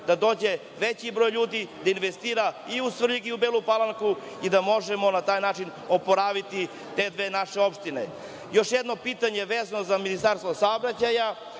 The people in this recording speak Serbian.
dođe veći broj ljudi da investira i u Svrljig i u Bele Palanku i da možemo na taj način oporaviti te dve naše opštine. Još jedno pitanje je vezano za Ministarstvo saobraćaja